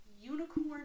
unicorn